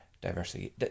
diversity